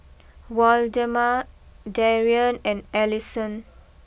Waldemar Darien and Allison